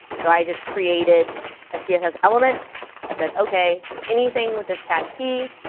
so i just created a css element that said, ok, anything with this tag p,